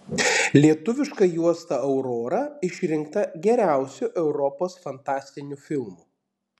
lietuviška juosta aurora išrinkta geriausiu europos fantastiniu filmu